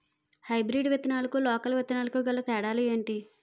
Hybrid విత్తనాలకు local విత్తనాలకు గల తేడాలు ఏంటి?